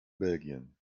belgien